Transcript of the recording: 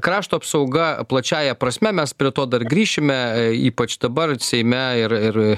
krašto apsauga plačiąja prasme mes prie to dar grįšime ypač dabar seime ir ir